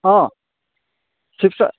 অঁ